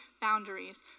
boundaries